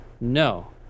no